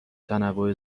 تنوع